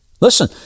Listen